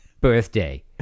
Birthday